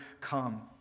come